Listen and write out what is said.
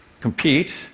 compete